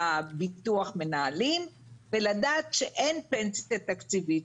ביטוח מנהלים ולדעת שאין פנסיה תקציבית,